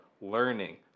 learning